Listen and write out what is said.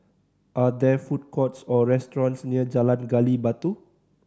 are there food courts or restaurants near Jalan Gali Batu